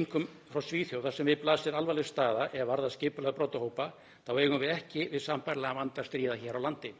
einkum frá Svíþjóð þar sem við blasir alvarleg staða er varðar skipulagða brotahópa, þá eigum við ekki við sambærilegan vanda að stríða hér á landi.